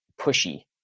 pushy